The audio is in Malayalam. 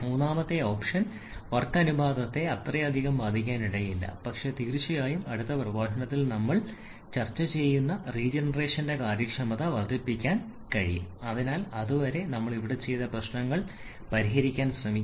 മൂന്നാമത്തെ ഓപ്ഷൻ വർക്ക് അനുപാതത്തെ അത്രയധികം ബാധിക്കാനിടയില്ല പക്ഷേ തീർച്ചയായും അടുത്ത പ്രഭാഷണത്തിൽ നമ്മൾ ചർച്ച ചെയ്യുന്ന പുനരുജ്ജീവനത്തിന്റെ കാര്യക്ഷമത വർദ്ധിപ്പിക്കാൻ കഴിയും അതിനാൽ അതുവരെ നമ്മൾ ഇവിടെ ചെയ്ത പ്രശ്നങ്ങൾ പരിഹരിക്കാൻ ശ്രമിക്കുക